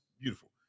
beautiful